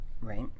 Right